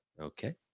Okay